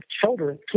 children